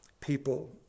people